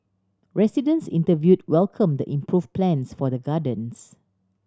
residents interviewed welcomed the improved plans for the gardens